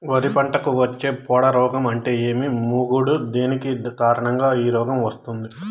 వరి పంటకు వచ్చే పొడ రోగం అంటే ఏమి? మాగుడు దేని కారణంగా ఈ రోగం వస్తుంది?